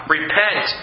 Repent